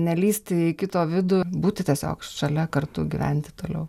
nelįsti į kito vidų būti tiesiog šalia kartu gyventi toliau